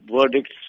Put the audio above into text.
verdicts